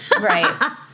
Right